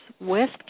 West